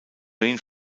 wayne